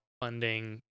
funding